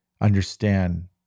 understand